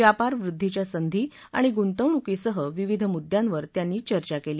व्यापार वृद्वीच्या संधी आणि गुंतवणूकीसह विविध मुद्द्यांवर त्यांनी चर्चा केली